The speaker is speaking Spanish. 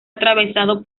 atravesado